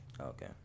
Okay